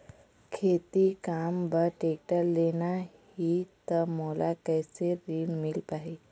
खेती काम बर टेक्टर लेना ही त मोला कैसे ऋण मिल पाही?